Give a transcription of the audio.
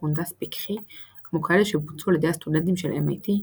קונדס פיקחי כמו כאלה שבוצעו על ידי הסטודנטים של MIT,